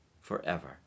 forever